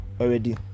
already